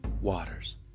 waters